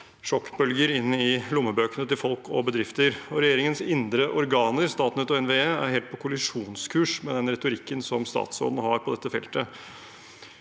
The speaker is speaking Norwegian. sjokkbølger inn i lommebøkene til folk og bedrifter. Regjeringens indre organer, Statnett og NVE, er helt på kollisjonskurs med den retorikken som statsråden har på dette feltet.